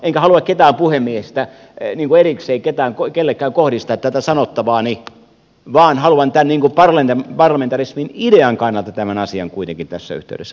enkä halua ketään puhemiestä ei niin kuiviksi kenellekään puhemiehelle erikseen kohdistaa tätä sanottavaani vaan haluan tämän asian parlamentarismin idean kannalta kuitenkin tässä yhteydessä tuoda esille